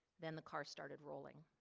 then the car started rolling.